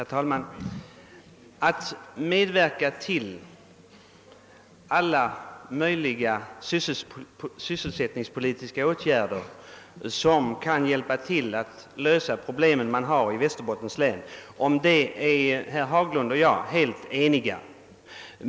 Herr talman! Att medverka till alla tänkbara sysselsättningspolitiska åtgärder som kan hjälpa till att lösa de problem som man har i Västerbottens län är herr Haglund och jag helt eniga om.